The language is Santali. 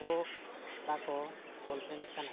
ᱟᱵᱚ ᱠᱚᱲᱟ ᱠᱚ ᱵᱚᱞ ᱯᱮ ᱮᱱᱮᱡ ᱠᱟᱱᱟ